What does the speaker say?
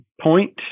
point